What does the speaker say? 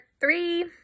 three